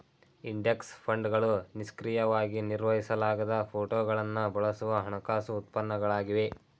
index ಫಂಡ್ಗಳು ನಿಷ್ಕ್ರಿಯವಾಗಿ ನಿರ್ವಹಿಸಲಾಗದ ಫೋಟೋಗಳನ್ನು ಬಳಸುವ ಹಣಕಾಸು ಉತ್ಪನ್ನಗಳಾಗಿವೆ